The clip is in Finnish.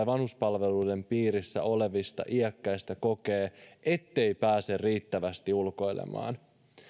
vanhuspalveluiden piirissä olevista iäkkäistä kokee ettei pääse riittävästi ulkoilemaan